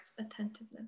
attentiveness